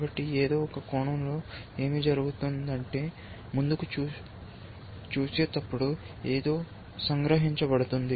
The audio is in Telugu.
కాబట్టి ఏదో ఒక కోణంలో ఏమి జరుగుతుందంటే ముందుకు చూసేటప్పుడు ఏదో సంగ్రహించబడుతుంది